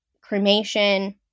cremation